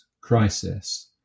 crisis